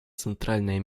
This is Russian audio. центральное